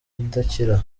idakira